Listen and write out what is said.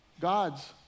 God's